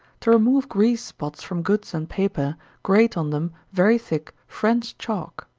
to remove grease spots from goods and paper, grate on them, very thick, french chalk,